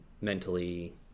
mentally